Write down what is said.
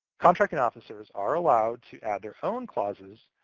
contracting officers are allowed to add their own clauses,